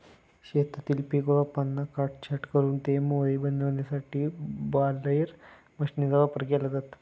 शेतातील पीक रोपांना काटछाट करून ते मोळी बनविण्यासाठी बालेर मशीनचा वापर केला जातो